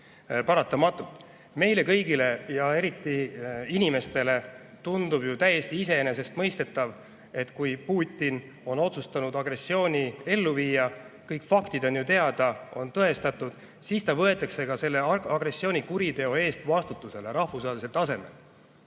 keeruline. Meile kõigile, kõigile inimestele tundub täiesti iseenesestmõistetav, et kui Putin on otsustanud agressiooni ellu viia, ja kõik faktid on ju teada, on tõestatud, siis ta võetakse selle agressioonikuriteo eest vastutusele rahvusvahelisel tasemel.